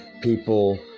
people